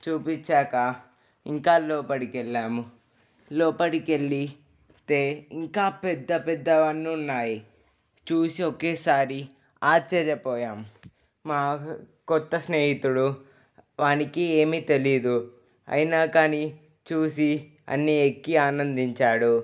చూపించాక ఇంకా లోపలికి వెళ్ళాము లోపటికి వెళ్లి ఇస్తే ఇంకా పెద్ద పెద్దవి అన్ని ఉన్నాయి చూసి ఒకేసారి ఆశ్చర్యపోయాం మా కొత్త స్నేహితుడు వానికి ఏమీ తెలీదు అయినా కానీ చూసి అన్ని ఎక్కి ఆనందించాడు